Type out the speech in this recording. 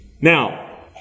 Now